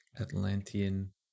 Atlantean